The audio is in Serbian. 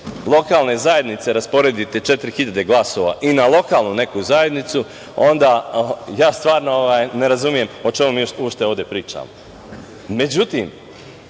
lokalne zajednice rasporedite 4.000 glasova i na lokalnu zajednicu, onda stvarno ne razumem o čemu mi uopšte ovde pričamo.Međutim,